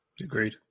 Agreed